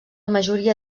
majoria